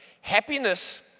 Happiness